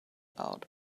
out